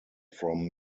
from